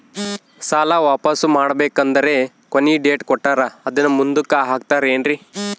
ಸಾಲ ವಾಪಾಸ್ಸು ಮಾಡಬೇಕಂದರೆ ಕೊನಿ ಡೇಟ್ ಕೊಟ್ಟಾರ ಅದನ್ನು ಮುಂದುಕ್ಕ ಹಾಕುತ್ತಾರೇನ್ರಿ?